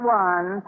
one